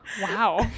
Wow